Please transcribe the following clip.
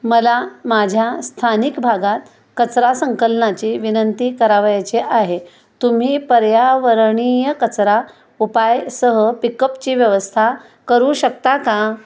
मला माझ्या स्थानिक भागात कचरा संकलनाची विनंती करावयाची आहे तुम्ही पर्यावरणीय कचरा उपायसह पिकअपची व्यवस्था करू शकता का